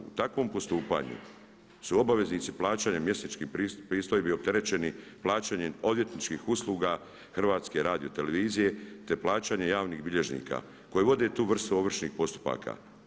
U takvom postupanju su obveznici plaćanja mjesečnih pristojbi opterećeni plaćanjem odvjetničkih usluga HRT-a te plaćanjem javnih bilježnika koji vode tu vrstu ovršnih postupaka.